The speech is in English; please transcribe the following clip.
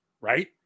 right